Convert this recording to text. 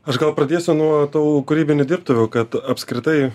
aš gal pradėsiu nuo tų kūrybinių dirbtuvių kad apskritai